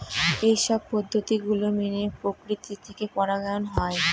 এইসব পদ্ধতি গুলো মেনে প্রকৃতি থেকে পরাগায়ন হয়